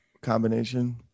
combination